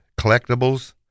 collectibles